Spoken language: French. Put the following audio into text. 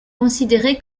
considéré